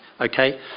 Okay